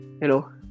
Hello